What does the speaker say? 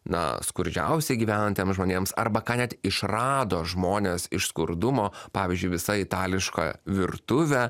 na skurdžiausiai gyvenantiems žmonėms arba ką net išrado žmonės iš skurdumo pavyzdžiui visa itališka virtuvė